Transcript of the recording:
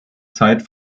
zeit